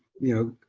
you know,